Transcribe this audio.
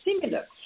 similar